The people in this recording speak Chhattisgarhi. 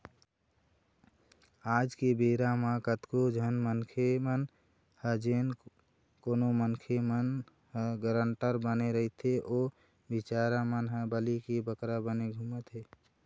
आज के बेरा म कतको झन मनखे मन ह जेन कोनो मनखे मन ह गारंटर बने रहिथे ओ बिचारा मन ह बली के बकरा बने घूमत हें